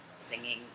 singing